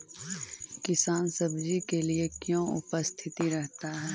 किसान सब्जी के लिए क्यों उपस्थित रहता है?